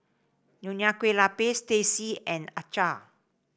Nonya Kueh Lapis Teh C and acar